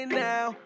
now